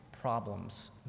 problems